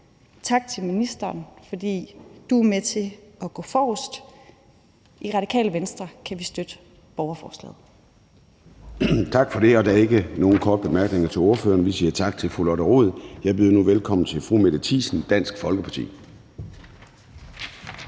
Tak til ministeren, fordi du er med til at gå forrest. I Radikale Venstre kan vi støtte borgerforslaget. Kl. 10:56 Formanden (Søren Gade): Tak for det, og der er ikke nogen korte bemærkninger til ordføreren. Vi siger tak til fru Lotte Rod. Jeg byder velkommen til fru Mette Thiesen, Dansk Folkeparti.